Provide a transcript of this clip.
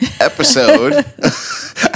episode